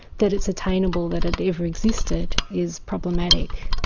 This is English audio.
that it's attainable, that it ever existed, is problematic.